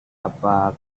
apa